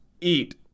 Eat